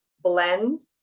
blend